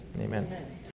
Amen